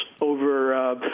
over